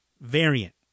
variant